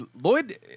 Lloyd